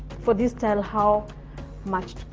for this style, how much to